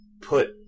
put